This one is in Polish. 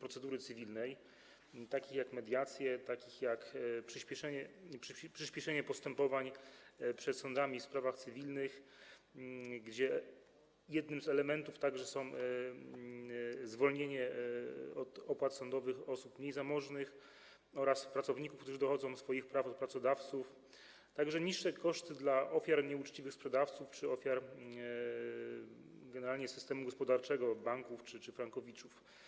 procedury cywilnej, takich jak mediacje, jak przyspieszenie postępowań przed sądami w sprawach cywilnych, gdzie jednym z elementów także jest zwolnienie od opłat sądowych osób niezamożnych oraz pracowników, którzy dochodzą swoich praw od pracodawców, także niższe koszty dla ofiar nieuczciwych sprzedawców czy ofiar generalnie systemu gospodarczego, banków, np. frankowiczów.